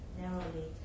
narrowly